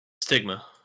Stigma